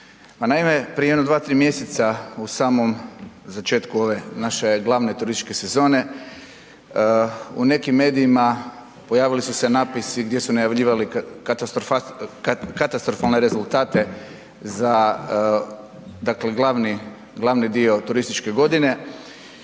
naime, prije jedno 2,3 mjeseca u samom začetku ove naše glavne turističke sezone u nekim medijima pojavili su se natpisi gdje su najavljivali katastrofalne rezultate za dakle glavni dio turističke godine